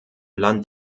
land